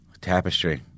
Tapestry